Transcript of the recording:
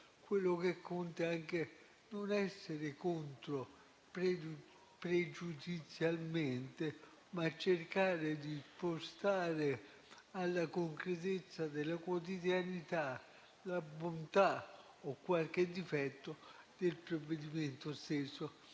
quello che conta è anche non essere contro pregiudizialmente, ma cercare di impostare nella concretezza della quotidianità il provvedimento stesso